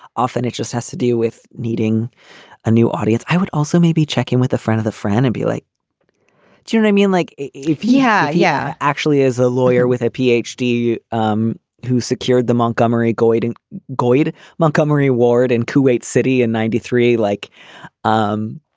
often it just has to do with needing a new audience. i would also maybe checking with a friend of the friend and ambulate. like junior, i mean, like if yeah. yeah. actually, as a lawyer with a p. h. d um who secured the montgomery goitein gold montgomery ward in kuwait city in ninety three, like um